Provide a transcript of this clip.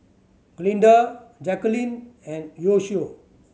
Glinda Jacalyn and Yoshio